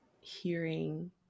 hearing